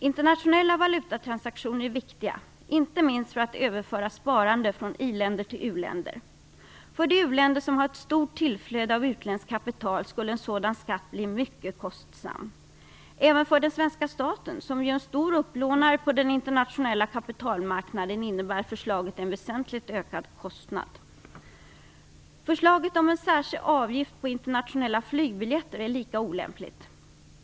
Internationella valutatransaktioner är viktiga, inte minst för att överföra sparande från i-länder till u-länder. För de u-länder som har ett stort tillflöde av utländskt kapital skulle en sådan skatt bli mycket kostsam. Även för den svenska staten, som ju är en stor upplånare på den internationella kapitalmarknaden, innebär förslaget en väsentligt ökad kostnad. Förslaget om en särskild avgift på internationella flygbiljetter är lika olämpligt.